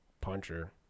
Puncher